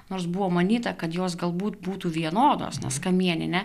nors buvo manyta kad jos galbūt būtų vienodos nes kamieninė